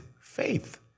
faith